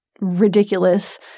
ridiculous –